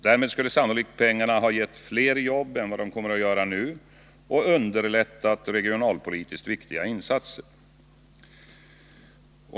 Därmed skulle sannolikt pengarna ha gett fler jobb än vad de kommer att göra nu och underlättat regionalpolitiskt viktiga insatser.